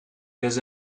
does